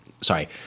sorry